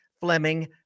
Fleming